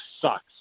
sucks